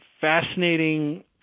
fascinating